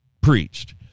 preached